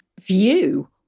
view